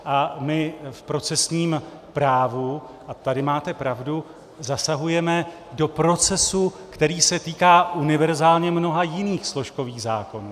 A my v procesním právu, a tady máte pravdu, zasahujeme do procesu, který se týká univerzálně mnoha jiných složkových zákonů.